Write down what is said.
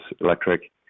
electric